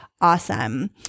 awesome